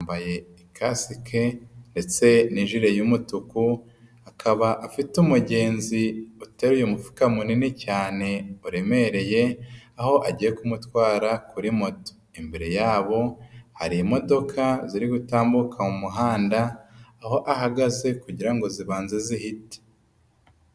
Yambaye ikasike ndetse ni ijire y'umutuku, akaba afite umugenzi uteruye umufuka munini cyane uremereye, aho agiye kumutwara kuri moto. Imbere yabo, hari imodoka ziri gutambuka mu muhanda, aho ahagaze kugira ngo zibanze zihite.